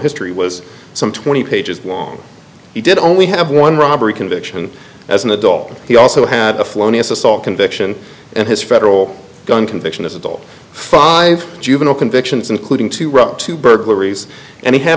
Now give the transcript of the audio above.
history was some twenty pages long he did only have one robbery conviction as an adult he also had flown as assault conviction and his federal gun conviction and all five juvenile convictions including two up to burglaries and he had